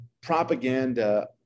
Propaganda